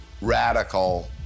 radical